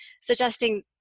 suggesting